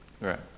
Right